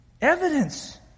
Evidence